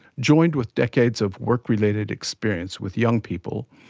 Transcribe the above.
joined with decades of work-related experience with young people,